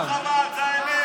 אתה, לומר את האמת.